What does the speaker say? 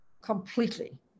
completely